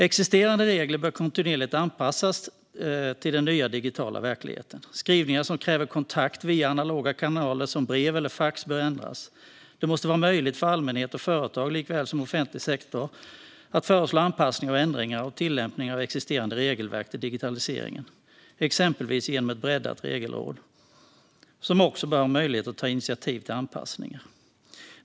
Existerande regler bör kontinuerligt anpassas till den nya digitala verkligheten. Skrivningar som kräver kontakt via analoga kanaler som brev eller fax bör ändras. Det måste vara möjligt för allmänhet och företag likaväl som offentlig sektor att föreslå anpassningar och ändringar av tillämpningen av existerande regelverk med tanke på digitaliseringen, exempelvis genom ett breddat regelråd, som också bör ha möjlighet att ta initiativ till anpassningar.